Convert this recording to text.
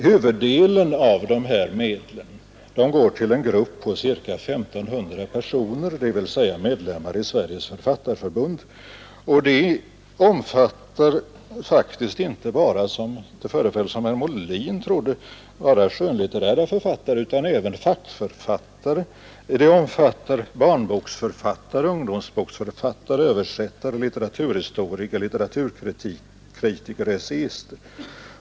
Huvuddelen av dessa medel går till en grupp på ca I 500 personer, dvs. medlemmar av Sveriges författarförbund; i denna grupp ingår inte endast skönlitterära författare — som herr Molin tycktes tro — utan även fackförfattare, barnboksförfattare, ungdomsboksförfattare, översättare, litteraturhistoriker, litteraturkritiker, essäister.